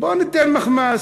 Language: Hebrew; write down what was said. בוא ניתן מחמאה,